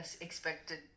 expected